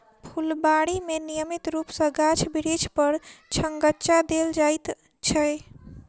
फूलबाड़ी मे नियमित रूप सॅ गाछ बिरिछ पर छङच्चा देल जाइत छै